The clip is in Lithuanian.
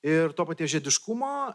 ir to paties žiediškumo